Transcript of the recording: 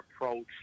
approach